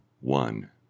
one